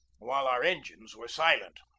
while our engines were silent.